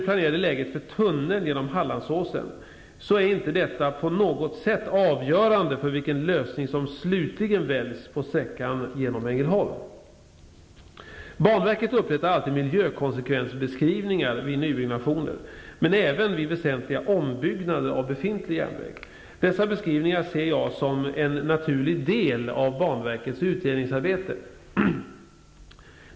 Hallandsåsen är inte på något sätt avgörande för vilken lösning som slutligen väljs på sträckan genom Ängelholm. Banverket upprättar alltid miljökonsekvensbeskrivningar vid nybyggnationer men även vid väsentliga ombyggnader av befintlig järnväg. Dessa beskrivningar ser jag som en naturlig del av banverkets utredningsarbete.